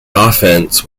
offense